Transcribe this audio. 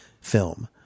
film